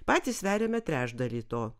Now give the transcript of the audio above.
patys sveriame trečdalį to